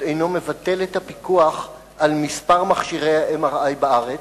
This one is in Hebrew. אינו מבטל את הפיקוח על מספר מכשירי ה-MRI בארץ,